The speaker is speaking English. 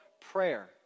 prayer